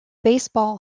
baseball